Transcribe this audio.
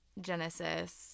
Genesis